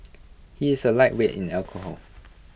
he is A lightweight in alcohol